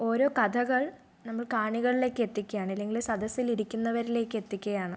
ഓരോ കഥകൾ നമ്മൾ കാണികളിലേക്ക് എത്തിക്കുകയാണ് അല്ലെങ്കിൽ സദസ്സിൽ ഇരിക്കുന്നവരിലേക്ക് എത്തിക്കുകയാണ്